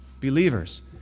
believers